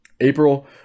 April